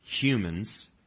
humans